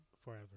forever